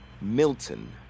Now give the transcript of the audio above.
Milton